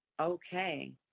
Okay